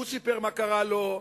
והוא סיפר מה קרה לו.